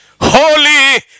Holy